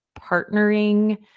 partnering